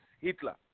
Hitler